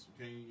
okay